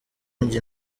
njye